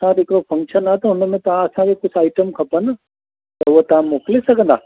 असां वटि हिकिड़ो फंक्शन आहे त हुन में तां असांजे कुझु आइटम खपनि उहे तव्हां मोकिले सघंदा